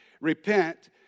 Repent